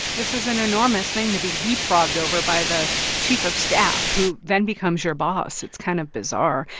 this is an enormous thing to be leapfrogged over by the chief of staff, who then becomes your boss. it's kind of bizarre.